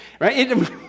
Right